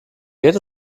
geht